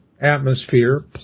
atmosphere